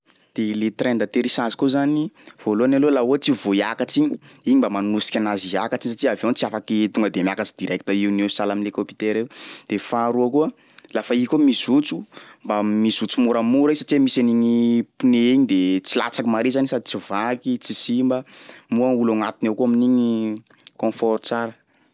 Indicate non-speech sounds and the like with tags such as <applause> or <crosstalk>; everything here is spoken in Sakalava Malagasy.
De le train d'atterrissage koa zany, voalohany aloha laha ohatsy i vao hiakatsy igny, igny mba manosiky anazy hiakatsy satsia avion tsy afaky tonga de miakatsy direct eo noho eo sahala am'lekôptera io <noise> de faharoa koa, lafa i koa mizotso mba mizotso moramora i satria misy an'igny pneu igny de tsy latsaky mare zany sady tsy vaky tsy simba <noise> moa olo agnatiny ao koa amin'igny confort tsara.